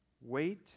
Wait